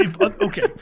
Okay